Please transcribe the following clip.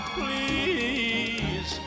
please